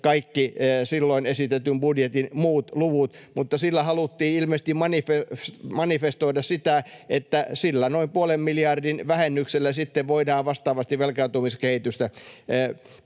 kaikki silloin esitetyn budjetin muut luvut, mutta sillä haluttiin ilmeisesti manifestoida sitä, että sillä noin puolen miljardin vähennyksellä sitten voidaan vastaavasti velkaantumiskehitystä